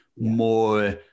more